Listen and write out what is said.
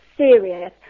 serious